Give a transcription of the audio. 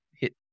hit